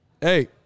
hey